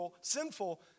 sinful